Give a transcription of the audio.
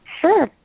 Sure